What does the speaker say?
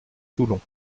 toulon